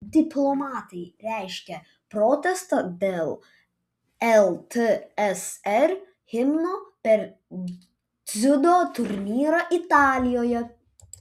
diplomatai reiškia protestą dėl ltsr himno per dziudo turnyrą italijoje